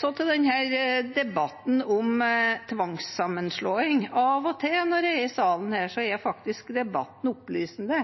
Så til debatten om tvangssammenslåing. Av og til når jeg er her i salen, er debatten faktisk opplysende,